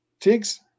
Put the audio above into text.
Tiggs